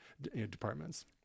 departments